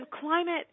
climate